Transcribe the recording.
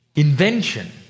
Invention